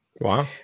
Wow